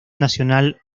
nacional